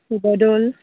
Sivadol